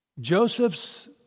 Joseph's